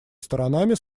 сторонами